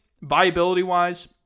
viability-wise